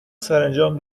سرانجام